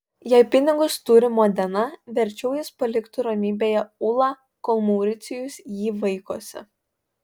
jei pinigus turi modena verčiau jis paliktų ramybėje ulą kol mauricijus jį vaikosi